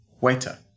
waiter